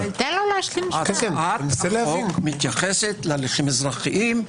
הצעת החוק מתייחסת להליכים האזרחיים,